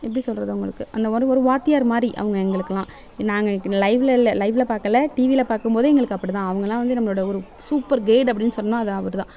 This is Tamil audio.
எப்படி சொல்வது உங்களுக்கு அந்த ஒரு ஒரு வாத்தியார் மாதிரி அவங்க எங்களுக்கெலாம் நாங்கள் லைஃப்பில் இல்லை லைஃப்பில் பார்க்கல டிவியில் பார்க்கும்போது எங்களுக்கு அப்படிதான் அவங்களாம் வந்து நம்மளோட ஒரு சூப்பர் கைட் அப்படின் சொன்னால் அது அவர்தான்